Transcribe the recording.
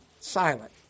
silent